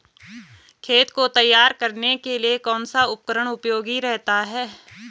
खेत को तैयार करने के लिए कौन सा उपकरण उपयोगी रहता है?